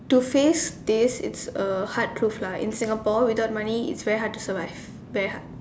to face this is a hard truth lah in Singapore without money is very hard to survive very hard